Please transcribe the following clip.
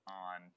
on